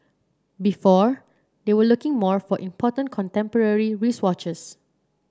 before they were looking more for important contemporary wristwatches